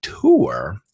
tour